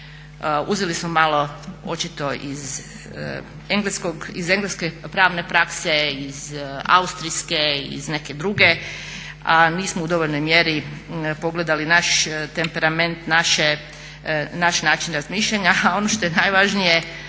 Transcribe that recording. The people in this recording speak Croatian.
uzeli smo malo očito iz engleske pravne prakse, iz austrijske, iz neke druge, a nismo u dovoljnoj mjeri pogledali naš temperament, naš način razmišljanja. A ono što je najvažnije